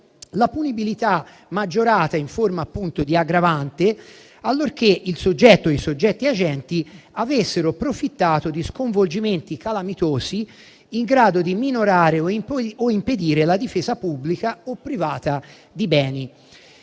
la punibilità maggiorata in forma, appunto, di aggravante allorché il soggetto o i soggetti agenti avessero profittato di sconvolgimenti calamitosi in grado di minorare o impedire la difesa pubblica o privata di beni.